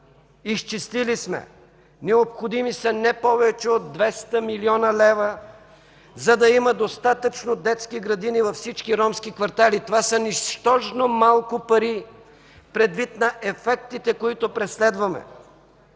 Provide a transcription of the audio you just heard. Изчислили сме – необходими са не повече от 200 млн. лв., за да има достатъчно детски градини във всички ромски квартали. Това са нищожно малко пари предвид на ефектите, които преследваме,